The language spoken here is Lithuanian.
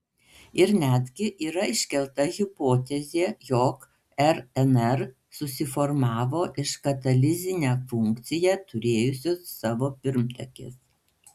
ir netgi yra iškelta hipotezė jog rnr susiformavo iš katalizinę funkciją turėjusios savo pirmtakės